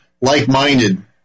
like-minded